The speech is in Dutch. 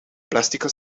plastieken